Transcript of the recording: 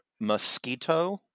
mosquito